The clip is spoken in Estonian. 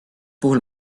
puhul